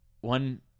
One